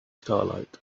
starlight